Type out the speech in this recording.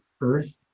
earth